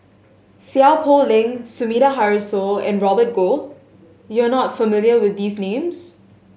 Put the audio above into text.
Seow Poh Leng Sumida Haruzo and Robert Goh you are not familiar with these names